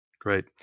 Great